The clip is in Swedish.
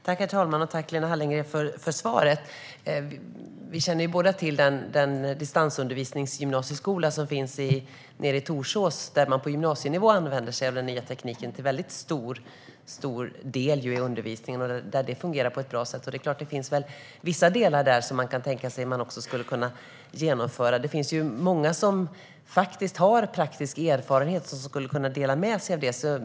Herr talman! Tack, Lena Hallengren, för svaret! Vi känner båda till den distansskola som finns i Torsås, där man på gymnasienivå till väldigt stor del använder sig av den nya tekniken i undervisningen och där det fungerar på ett bra sätt. Det är klart att det finns vissa delar där som man skulle kunna tänka sig att genomföra. Det finns ju många som har praktisk erfarenhet och som skulle kunna dela med sig av den.